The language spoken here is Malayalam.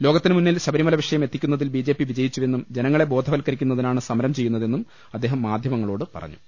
ലോക ത്തിന് മുന്നിൽ ശബരിമല വിഷയം എത്തിക്കുന്നതിൽ ബി ജെപി വിജയിച്ചുവെന്നും ജനങ്ങളെ ബോധവത്ക്കരിക്കുന്നതിനാണ് സമരം ചെയ്യുന്നതെന്നും അദ്ദേഹം മാധ്യമങ്ങളോട് പറഞ്ഞു